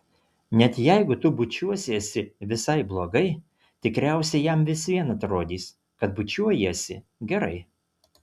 net jeigu tu bučiuosiesi visai blogai tikriausiai jam vis vien atrodys kad bučiuojiesi gerai